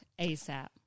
ASAP